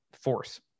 force